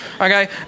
Okay